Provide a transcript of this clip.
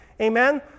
Amen